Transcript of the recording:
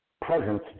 presence